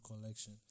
collection